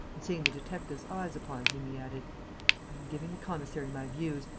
and, seeing the detectives' eyes upon him, he added, i am giving the commissary my views.